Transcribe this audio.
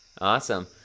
Awesome